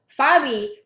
Fabi